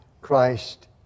Christ